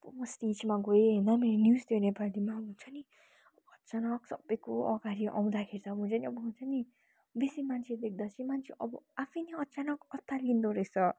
स्टेजमा गए होइन मेरो न्युज थियो नेपालीमा हुन्छ नि अचानक सबैको अगाडि अउँदाखेरि त अब हुन्छ नि अब हुन्छ नि बेसी मान्छे देख्दा चाहिँ मान्छे अब आफै नै अचानक अतालिँदो रहेछ